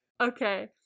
okay